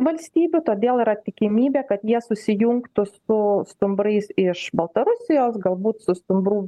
valstybių todėl yra tikimybė kad jie susijungtų su stumbrais iš baltarusijos galbūt su stumbrų